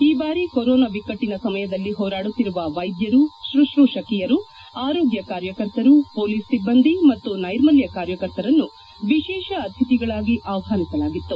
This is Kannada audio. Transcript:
ಈ ಬಾರಿ ಕೊರೊನಾ ಬಿಕ್ಕಟ್ಟನ ಸಮಯದಲ್ಲಿ ಹೋರಾಡುತ್ತಿರುವ ವೈದ್ದರು ಶುತ್ರೂಪಕಿಯರು ಆರೋಗ್ಯ ಕಾರ್ಯಕರ್ತರು ಪೊಲೀಸ್ ಸಿಬ್ಬಂದಿ ಮತ್ತು ನೈರ್ಮಲ್ಯ ಕಾರ್ಯಕರ್ತರನ್ನು ವಿಶೇಷ ಅತಿಥಿಗಳಾಗಿ ಆಹ್ವಾನಿಸಲಾಗಿತ್ತು